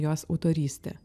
jos autorystė